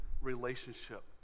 relationship